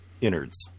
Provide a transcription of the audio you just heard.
innards